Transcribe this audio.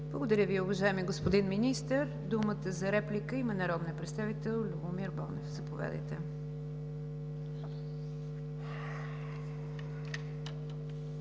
Благодаря Ви, уважаеми господин Министър. Думата за реплика има народният представител Любомир Бонев. Заповядайте.